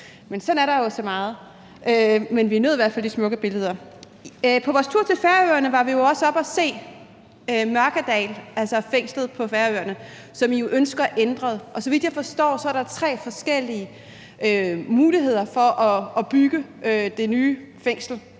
men sådan er der jo så meget. Men vi nød i hvert fald de smukke billeder. På vores tur til Færøerne var vi jo også oppe at se Mjørkadali, altså fængslet på Færøerne, som I jo ønsker ændret. Og så vidt jeg forstår det, er der tre forskellige muligheder for at bygge det nye fængsel.